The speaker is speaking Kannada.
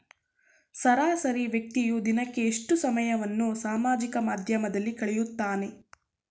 ಸರಾಸರಿ ವ್ಯಕ್ತಿಯು ದಿನಕ್ಕೆ ಎಷ್ಟು ಸಮಯವನ್ನು ಸಾಮಾಜಿಕ ಮಾಧ್ಯಮದಲ್ಲಿ ಕಳೆಯುತ್ತಾನೆ?